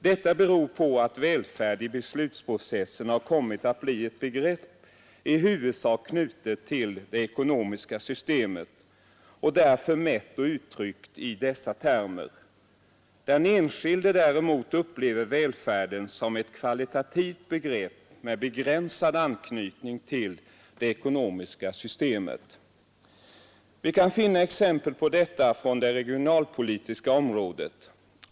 Detta beror på att välfärd i beslutsprocessen har kommit att bli ett begrepp i huvudsak knutet till det ekonomiska systemet och därför mätts och uttryckts i dess termer. Den enskilde däremot upplever välfärden som ett kvalitativt begrepp med begränsad anknytning till det ekonomiska systemet. Vi kan finna exempel på detta från det regionalpolitiska området.